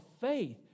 faith